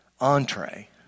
entree